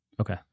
okay